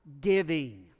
giving